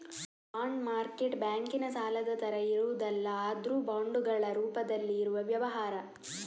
bond market ಬ್ಯಾಂಕಿನ ಸಾಲದ ತರ ಇರುವುದಲ್ಲ ಆದ್ರೂ ಬಾಂಡುಗಳ ರೂಪದಲ್ಲಿ ಇರುವ ವ್ಯವಹಾರ